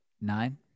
Nine